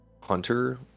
hunter